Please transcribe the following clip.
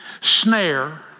snare